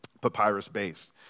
papyrus-based